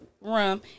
rum